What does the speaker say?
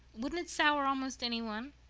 wouldn't it sour almost any one?